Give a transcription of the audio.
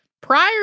Prior